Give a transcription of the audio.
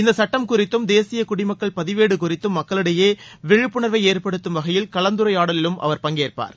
இந்த சுட்டம் குறித்தும் தேசிய குடிமக்கள் பதிவேடு குறித்தும் மக்களிடையே விழிப்புணர்வை ஏற்படுத்தும் வகையில் கலந்துரையாடலிலும் அவர் பங்கேற்பார்